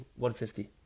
150